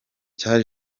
cya